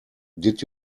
did